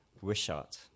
Wishart